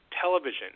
television